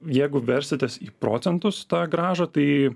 jeigu versitės į procentus tą grąžą tai